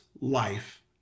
life